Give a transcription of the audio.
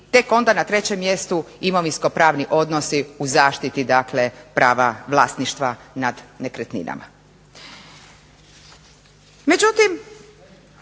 i tek onda na trećem mjestu imovinsko-pravni odnosi u zaštiti dakle prava vlasništva nad nekretninama.